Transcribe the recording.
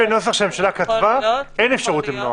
לפי הנוסח שהממשלה כתבה אין אפשרות למנוע.